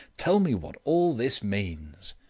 tell me what all this means.